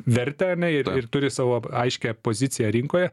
vertę ir ir turi savo aiškią poziciją rinkoje